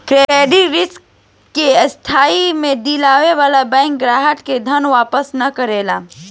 credit risk के स्थिति में दिवालिया बैंक आपना ग्राहक के धन वापस ना करेला